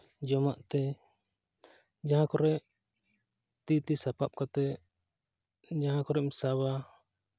ᱡᱚᱢᱟᱜ ᱛᱮ ᱡᱟᱦᱟᱸ ᱠᱚᱨᱮ ᱛᱤᱛᱤ ᱥᱟᱯᱟᱵ ᱠᱟᱛᱮᱫ ᱡᱟᱦᱟᱸ ᱠᱚᱨᱮᱢ ᱥᱟᱵᱟ